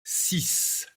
six